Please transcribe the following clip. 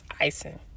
icing